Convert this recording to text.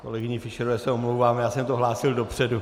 Kolegyni Fischerové se omlouvám, já jsem to hlásil dopředu.